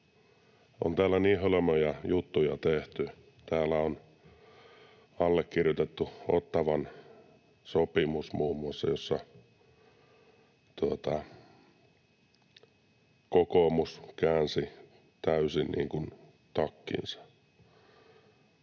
on täällä niin hölmöjä juttuja tehty. Täällä on allekirjoitettu muun muassa Ottawan sopimus, jossa kokoomus käänsi täysin takkinsa.